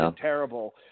terrible